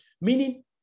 meaning